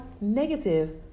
negative